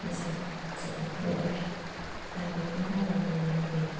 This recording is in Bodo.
मोजां जोबमोन लोगोफ्रा दा बिखौनो आङो बुंनो लुबैयो